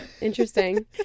Interesting